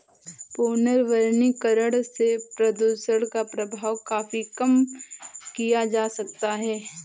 पुनर्वनीकरण से प्रदुषण का प्रभाव काफी कम किया जा सकता है